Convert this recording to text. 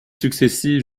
successives